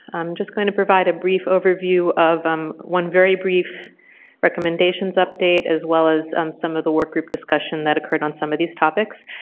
i'm just going to provide a brief overview of um one very brief recommendations update as well as some of the workgroup discussion that occurred on some of these topics.